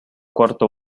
cuarto